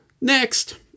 Next